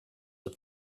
the